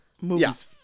movies